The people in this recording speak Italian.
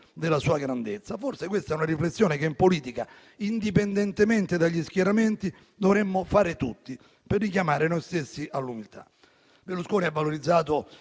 della sua grandezza. Forse questa è una riflessione che in politica, indipendentemente dagli schieramenti, dovremmo fare tutti per richiamare noi stessi all'umiltà.